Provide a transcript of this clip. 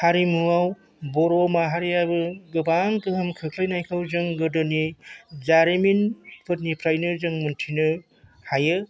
हारिमुआव बर' माहारियाबो गोबां गोहोम खोख्लैनायखौ जों गोदोनि जारिमिनफोरनिफ्रायनो जों मिनथिनो हायो